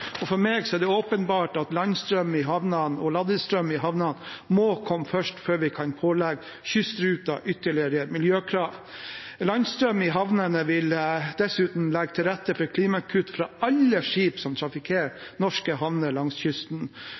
For meg er det åpenbart at landstrøm og ladestrøm i havnene må komme først, før vi kan pålegge kystruten ytterligere miljøkrav. Landstrøm i havnene vil dessuten legge til rette for klimakutt fra alle skip som trafikkerer norske havner langs kysten.